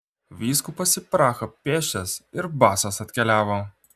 vyskupas į prahą pėsčias ir basas atkeliavo